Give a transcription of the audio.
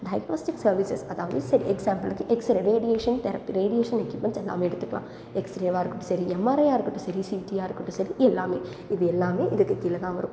diagnostics services அதாவது say எக்ஸாம்பிளுக்கு X ray radiation therapy radiation equipments எல்லாமே எடுத்துக்கலாம் எக்ஸ்ரேவாக இருக்கட்டும் சரி எம்ஆர்ஐயாக இருக்கட்டும் சரி சிடியாக இருக்கட்டும் சரி எல்லாமே இது எல்லாமே இதுக்குக் கீழே தான் வரும்